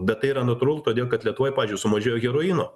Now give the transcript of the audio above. bet tai yra natūralu todėl kad lietuvoj pavyzdžiui sumažėjo heroino